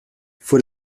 fue